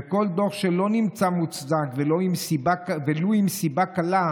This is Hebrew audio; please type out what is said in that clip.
וכל דוח שלא נמצא מוצדק ולו מסיבה קלה,